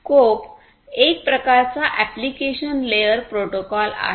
CoAP एक प्रकारचा application layer protocol आहे